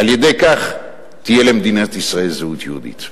על-ידי כך תהיה למדינת ישראל זהות יהודית.